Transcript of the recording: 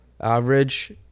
average